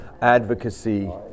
advocacy